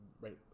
right